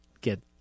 get